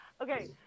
Okay